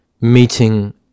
meeting